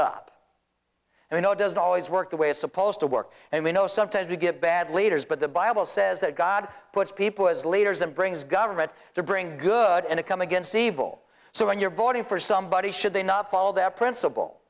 know it doesn't always work the way it's supposed to work and we know sometimes you get bad leaders but the bible says that god puts people as leaders and brings government to bring good and it come against evil so when you're voting for somebody should they not follow that principle